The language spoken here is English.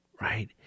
right